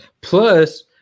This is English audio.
plus